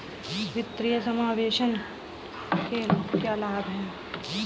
वित्तीय समावेशन के क्या लाभ हैं?